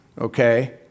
Okay